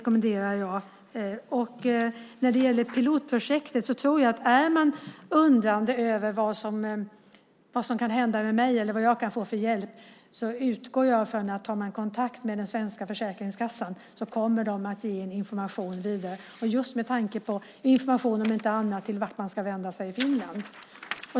Om jag undrar över vad som kan hända med mig eller vad jag kan få för hjälp när det gäller pilotprojektet utgår jag ifrån att tar man kontakt med Försäkringskassan i Sverige kommer de att ge en information vidare. Om inte annat kan man få information om vart man ska vända sig i Finland.